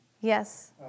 Yes